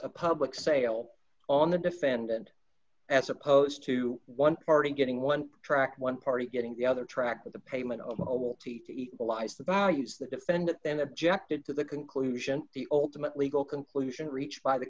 a public sale on the defendant as opposed to one party getting one tract one party getting the other track of the payment of mobile the allies the values the defendant and objected to the conclusion the ultimate legal conclusion reached by the